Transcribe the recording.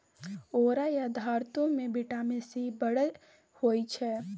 औरा या धातृ मे बिटामिन सी बड़ होइ छै